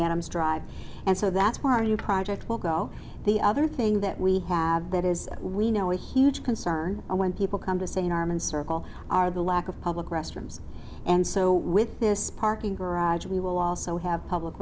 adams drive and so that's where our new project will go the other thing that we have that is we know a huge concern when people come to say an arm and circle are the lack of public restrooms and so with this parking garage we will also have public